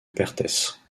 perthes